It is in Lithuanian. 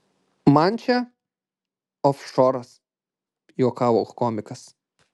man čia ofšoras juokavo komikas